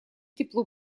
тепло